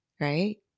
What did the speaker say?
right